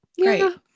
Great